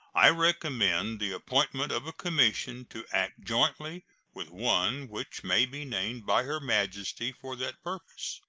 i recommend the appointment of a commission to act jointly with one which may be named by her majesty for that purpose.